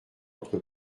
entre